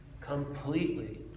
completely